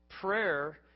Prayer